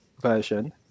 version